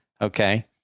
okay